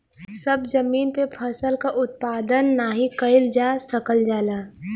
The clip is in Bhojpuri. सभ जमीन पे फसल क उत्पादन नाही कइल जा सकल जाला